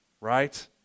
right